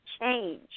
change